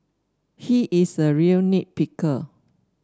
he is a real nit picker